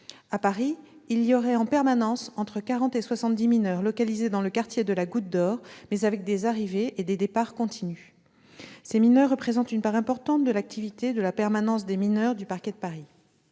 À Paris, il y aurait en permanence entre quarante et soixante-dix mineurs localisés dans le quartier de la Goutte d'Or, avec des arrivées et des départs continus. Ces mineurs représentent une part importante de l'activité de la permanence des mineurs du parquet de Paris.